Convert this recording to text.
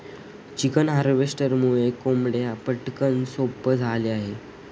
chicken हार्वेस्टरमुळे कोंबड्या पकडणं सोपं झालं आहे